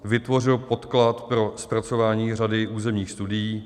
Vytvořil podklad pro zpracování řady územních studií.